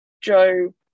Joe